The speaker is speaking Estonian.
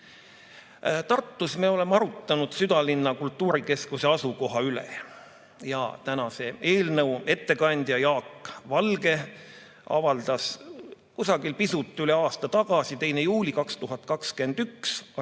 Tartus me oleme arutanud südalinna kultuurikeskuse asukoha üle. Tänase eelnõu ettekandja Jaak Valge avaldas pisut üle aasta tagasi, 2. juulil 2021, artikli